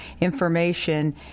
information